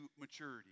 maturity